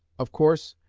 of course,